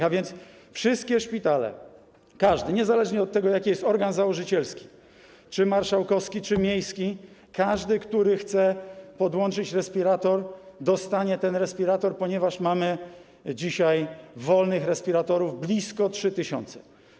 Tak więc wszystkie szpitale, każdy, niezależnie od tego, jaki jest organ założycielski, czy marszałkowski, czy miejski, każdy, który chce podłączyć respirator, dostanie ten respirator, ponieważ mamy dzisiaj wolnych respiratorów blisko 3 tys.